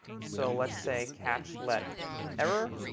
so let's say catch let error,